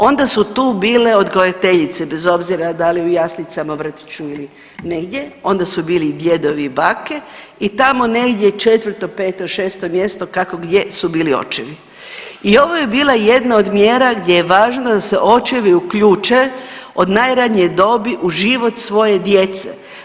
Onda su tu bile odgojiteljice, bez obzira da li u jaslicama, vrtiću ili negdje, onda su bili djedovi i bake i tamo negdje 4., 5., 6. mjesto, kako gdje su bili očevi i ovo je bila jedna od mjera gdje je važno da se očevi uključe od najranije dobi u život svoje djece.